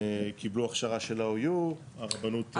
הם קיבלו הכשרה של ה-OU, הרבנות אישרה את זה.